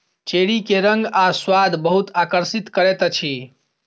cherry के रंग आ स्वाद बहुत आकर्षित करैत अछि